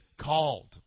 called